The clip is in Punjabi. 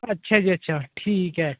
ਅੱਛਾ ਜੀ ਅੱਛਾ ਠੀਕ ਹੈ